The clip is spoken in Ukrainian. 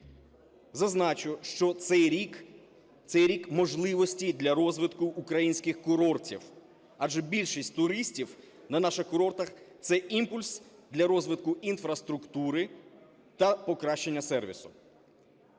Зазначу, що цей рік – це рік можливості для розвитку українських курортів, адже більшість туристів на наших курортах – це імпульс для розвитку інфраструктури та покращення сервісу.